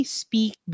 speak